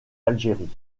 algérie